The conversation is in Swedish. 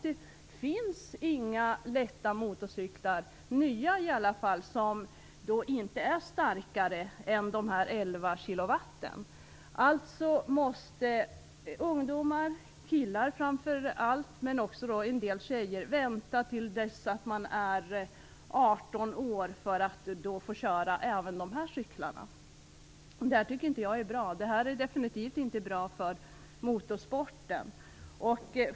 Det finns inte några lätta motorcyklar - i alla fall inga nya - som inte är starkare än 11 kW. Alltså måste ungdomar - framför allt killar men också en del tjejer - vänta till dess att de är 18 år för att de skall få köra även dessa cyklar. Det här är definitivt inte bra för motorsporten.